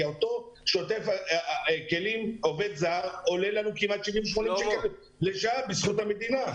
אותו עובד כלים זר עולה לנו כמעט 70 80 שקלים לשעה בזכות המדינה.